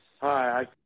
Hi